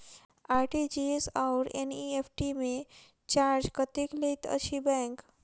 RTGS आओर NEFT मे charge कतेक लैत अछि बैंक?